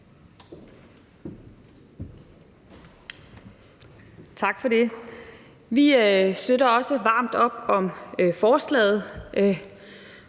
Tak for det. Vi støtter også varmt op om forslaget,